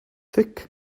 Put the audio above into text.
thick